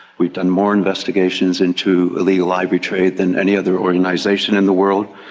we've done more investigations into illegal ivory trade than any other organisation in the world.